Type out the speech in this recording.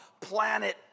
planet